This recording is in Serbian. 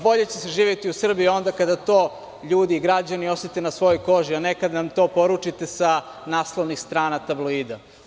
Bolje će se živeti u Srbiji onda kada to ljudi i građani osete na svojoj koži, a ne kada nam to poručite sa naslovnih strana tabloida.